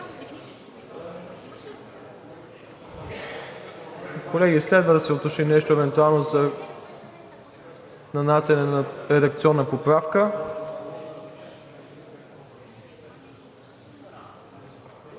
Колеги, следва да се уточни нещо за нанасяне на редакционна поправка.